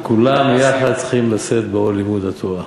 "וכולם ביחד צריכים לשאת בעול לימוד תורה".